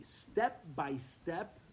step-by-step